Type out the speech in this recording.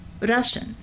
Russian